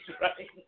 right